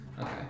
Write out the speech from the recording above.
okay